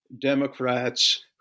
Democrats